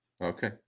Okay